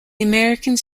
americans